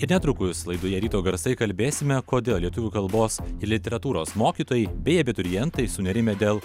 ir netrukus laidoje ryto garsai kalbėsime kodėl lietuvių kalbos literatūros mokytojai bei abiturientai sunerimę dėl